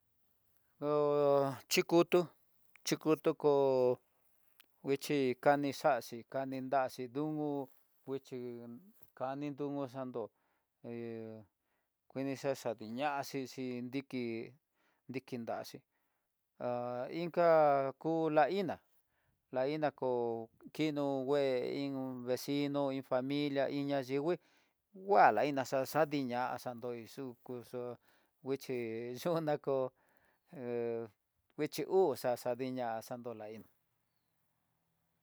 Hó nda xhikutu, xhikutu kó nguichi kaní xaxhi, kani nraxhi d u nguichí kani d u santo, hé kuidiña xadiñaxhí xixi nriki tinraxí, ha inka ku la iná la iná ko kino ngue iin vecino, iin familia iin ña yingui, nguala iin na xa xandiña xanko xi xukuxó, nguixhi xoná ko hé nguixhí uu xa'a xa diña xanto la iná.